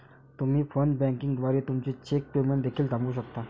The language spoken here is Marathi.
तुम्ही फोन बँकिंग द्वारे तुमचे चेक पेमेंट देखील थांबवू शकता